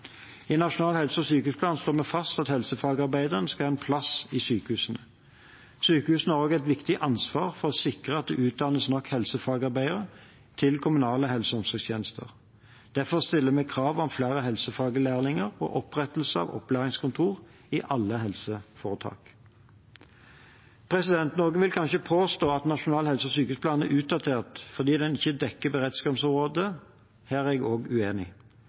i sykepleie. I Nasjonal helse- og sykehusplan slår vi fast at helsefagarbeidere skal ha en plass i sykehusene. Sykehusene har også et viktig ansvar for å sikre at det utdannes nok helsefagarbeidere til kommunale helse- og omsorgstjenester. Derfor stiller vi krav om flere helsefaglærlinger og opprettelse av opplæringskontor i alle helseforetak. Noen vil kanskje påstå at nasjonal helse- og sykehusplan er utdatert fordi den ikke dekker beredskapsområdet. Her er jeg også uenig.